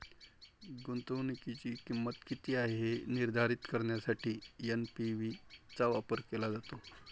गुंतवणुकीची किंमत किती आहे हे निर्धारित करण्यासाठी एन.पी.वी चा वापर केला जातो